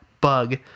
bug